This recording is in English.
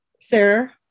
Sarah